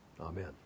Amen